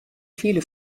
viele